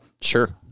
sure